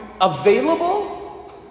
available